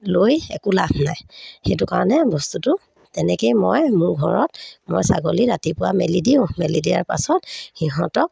লৈ একো লাভ নাই সেইটো কাৰণে বস্তুটো তেনেকেই মই মোৰ ঘৰত মই ছাগলী ৰাতিপুৱা মেলি দিওঁ মেলি দিয়াৰ পাছত সিহঁতক